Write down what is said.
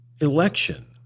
election